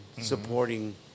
supporting